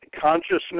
consciousness